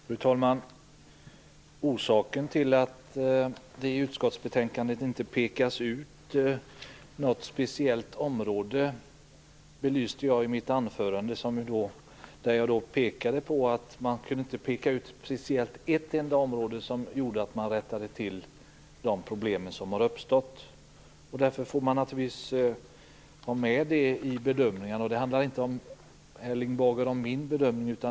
Fru talman! Jag belyste i mitt anförande orsaken till att det i utskottsbetänkandet inte pekas ut något speciellt område. Jag visade att det inte gick att peka ut ett speciellt område som rättade till de problem som hade uppstått. Detta måste tas med i bedömningarna. Det handlar inte, Erling Bager, om min bedömning.